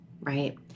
Right